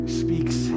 speaks